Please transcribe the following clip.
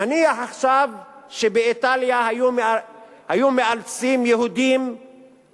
נניח שבאיטליה היו מאלצים יהודים עכשיו